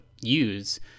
use